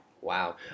Wow